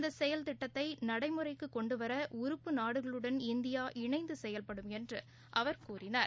இந்தசெயல்திட்டத்தைநடைமுறைக்குகொண்டுவரஉறய்பு நாடுகளுடன் இந்தியா இணைந்தசெயல்படும் என்றுஅவர் கூறினார்